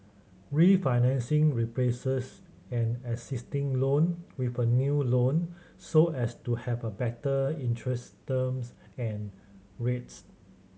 refinancing replaces an existing loan with a new loan so as to have a better interest terms and rates